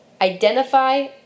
Identify